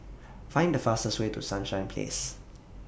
Find The fastest Way to Sunshine Place